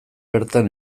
bertan